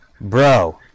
Bro